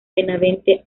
benavente